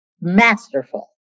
masterful